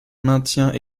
maintient